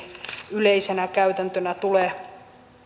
yleisenä käytäntönä tule